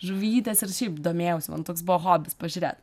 žuvytės ir šiaip domėjausi man toks buvo hobis pažiūrėt